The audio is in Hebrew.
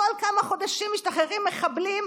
בכל כמה חודשים משתחררים מחבלים,